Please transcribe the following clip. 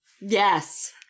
Yes